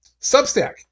Substack